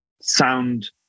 sound